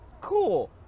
cool